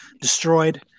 destroyed